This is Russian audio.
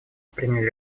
приняли